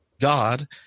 God